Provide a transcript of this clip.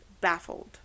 baffled